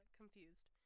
confused